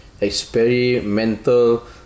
experimental